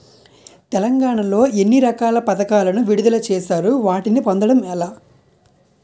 తెలంగాణ లో ఎన్ని రకాల పథకాలను విడుదల చేశారు? వాటిని పొందడం ఎలా?